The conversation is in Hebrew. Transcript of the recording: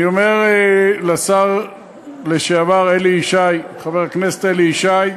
אני אומר לשר לשעבר חבר הכנסת אלי ישי: